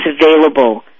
available